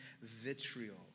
vitriol